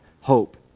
hope